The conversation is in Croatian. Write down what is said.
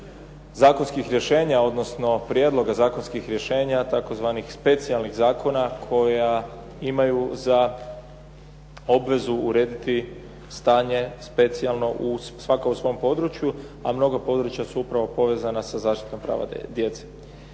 zakonskih rješenja, odnosno prijedloga zakonskih rješenja, tzv. specijalnih zakona koja imaju za obvezu urediti stanje specijalno svaka u svom području, a mnogo područja su upravo povezana sa zaštitom prava djece.